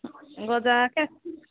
ଗଜା କେ